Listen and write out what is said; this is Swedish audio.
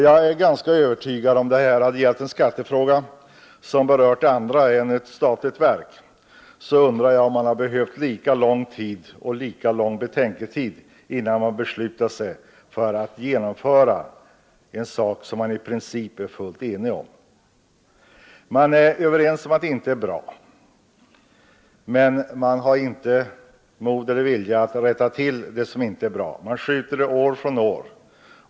Jag är ganska övertygad om att riksdagen, om det gällt en skattefråga som berört andra företag än ett statligt verk, inte hade behövt lika lång betänketid innan den beslutat sig för att genomföra en sak som den i princip är fullt enig om. Man är inom riksdagen på det klara med att förhållandet inte är bra, men man har inte mod eller vilja att rätta till det. Man skjuter problemet framför sig år från år.